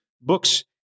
books